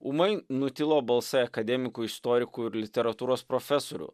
ūmai nutilo balsai akademikų istorikų ir literatūros profesorių